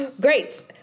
Great